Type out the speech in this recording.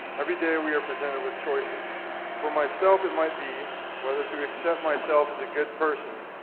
every day we are presented with choices for myself it might be whether to accept myself as a good person,